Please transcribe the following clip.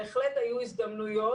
בהחלט היו הזדמנויות.